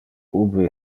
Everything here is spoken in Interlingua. ubi